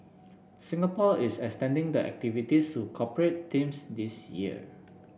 Singapore is extending the activities to corporate teams this year